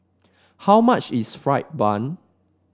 how much is fried bun